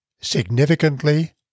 Significantly